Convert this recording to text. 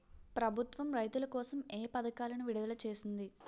ప్రభుత్వం రైతుల కోసం ఏ పథకాలను విడుదల చేసింది?